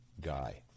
guy